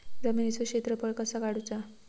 जमिनीचो क्षेत्रफळ कसा काढुचा?